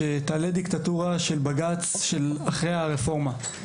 שתעלה דיקטטורה של בג״ץ של אחרי הרפורמה.